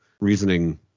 reasoning